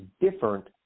different